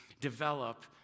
develop